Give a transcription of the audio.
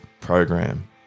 program